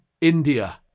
India